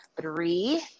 three